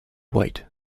white